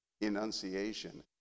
enunciation